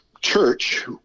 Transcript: church